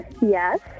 Yes